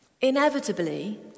Inevitably